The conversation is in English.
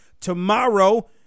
Tomorrow